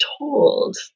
told